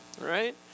right